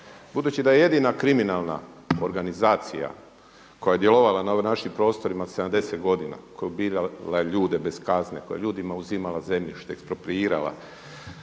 Budući da je jedina kriminalna organizacija koja je djelovala na ovim našim prostorima 70 godina, koja je birala ljude bez kazne, koja je ljudima uzimala zemljište, eksproprirala,